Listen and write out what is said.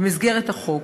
במסגרת החוק.